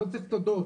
אני לא צריך תודות.